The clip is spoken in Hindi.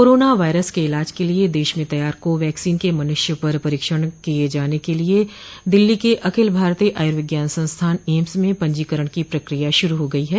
कोरोना वायरस के इलाज के लिए देश में तैयार को वैक्सीन के मनुष्य पर परीक्षण किये जाने के लिए दिल्ली के अखिल भारतीय आयुर्विज्ञान संस्थान एम्स में पंजीकरण की प्रक्रिया शुरू हो गई है